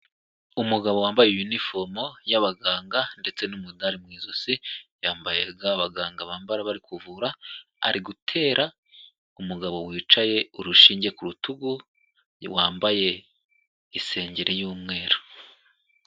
Umugabo wambaye yunifomo y'abaganga ndetse n'umudari mu ijosi, yambaye ga abaganga bambara bari kuvura, ari gutera umugabo wicaye urushinge ku rutugu, wambaye isengeri y'umweru.